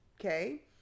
okay